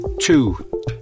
two